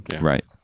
right